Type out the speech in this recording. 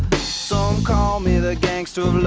some call me the gangster